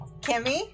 Kimmy